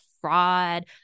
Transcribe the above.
fraud